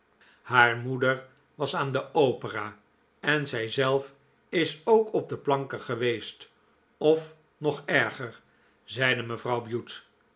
haar moeder was aan de opera en zijzelf is ook op de planken geweest of nog erger zeide mevrouw bute